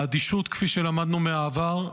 האדישות, כפי שלמדנו מהעבר,